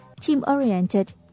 team-oriented